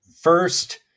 first